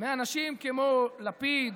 מאנשים כמו לפיד,